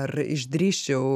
ar išdrįsčiau